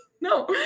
No